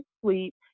sleep